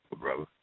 brother